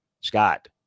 Scott